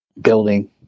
Building